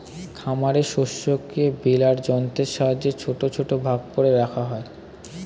খামারের শস্যকে বেলার যন্ত্রের সাহায্যে ছোট ছোট ভাগ করে রাখা হয়